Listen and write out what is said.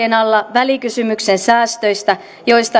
välikysymyksen säästöistä joista